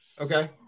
Okay